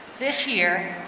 this year,